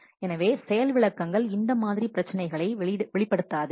எனவே செயல் விளக்கங்கள் இந்த மாதிரி பிரச்சினைகளை வெளிப்படுத்தாது